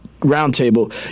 Roundtable